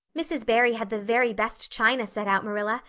mrs. barry had the very best china set out, marilla,